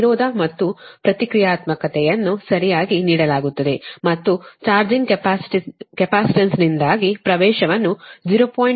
ಪ್ರತಿರೋಧ ಮತ್ತು ಪ್ರತಿಕ್ರಿಯಾತ್ಮಕತೆಯನ್ನು ಸರಿಯಾಗಿ ನೀಡಲಾಗುತ್ತದೆ ಮತ್ತು ಚಾರ್ಜಿಂಗ್ ಕೆಪಾಸಿಟನ್ಸ್ನಿಂದಾಗಿ ಪ್ರವೇಶವನ್ನು 0